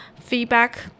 feedback